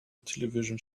television